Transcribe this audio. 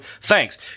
Thanks